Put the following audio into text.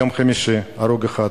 יום חמישי, הרוג אחד,